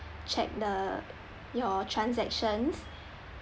check the your transactions